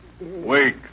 Wake